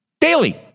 daily